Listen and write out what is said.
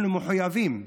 אנחנו מחויבים,